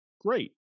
Great